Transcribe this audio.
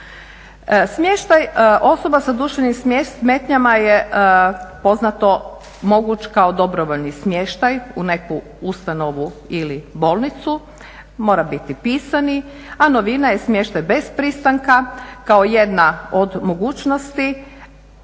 osoba sa duševnim smetnjama je poznato moguć kao dobrovoljni smještaj u neku ustanovu ili bolnicu, mora biti pisani, a novina je smještaj bez pristanka kao jedna od mogućnosti